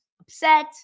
upset